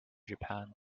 japan